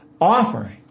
offering